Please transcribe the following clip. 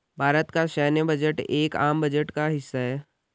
भारत का सैन्य बजट एक आम बजट का हिस्सा है